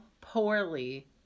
poorly